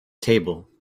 table